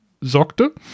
sorgte